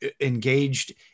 engaged